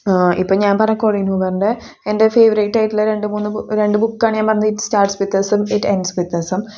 ഇപ്പം ഞാൻ പറഞ്ഞ കൊളീൻ ഹൂവറിൻറ്റെ എൻ്റെ ഫേവറേയ്റ്റായിട്ടുള്ള രണ്ട് മൂന്ന് ബുക് രണ്ട് ബുക്കാണ് ഞാൻ പറഞ്ഞ ഇറ്റ്സ് സ്റ്റാർട്സ് വിത്ത് അസും ഇറ്റ് എൻഡസ് വിത്ത് അസും